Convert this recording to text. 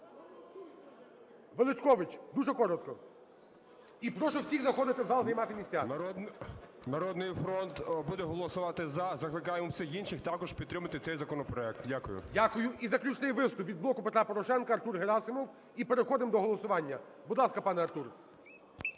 Величкович, дуже коротко. І прошу всіх заходити в зал, займати місця. 12:08:34 ВЕЛИЧКОВИЧ М.Р. "Народний фронт" буде голосувати "за". Закликаємо всіх інших також підтримати цей законопроект. Дякую. ГОЛОВУЮЧИЙ. Дякую. І заключний виступ від "Блоку Петра Порошенка" - Артур Герасимов. І переходимо до голосування. Будь ласка, пане Артур.